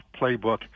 playbook